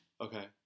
Okay